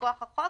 מכוח החוק,